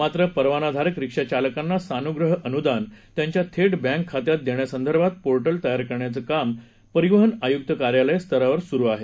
मात्र परवानाधारक रिक्षा चालकांना सानुप्रह मुदान त्यांच्या थेट बँक खात्यात देण्यासंदर्भात पोर्टल तयार करण्याचे काम परिवहन आयुक्त कार्यालय स्तरावर सुरू आहे